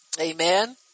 Amen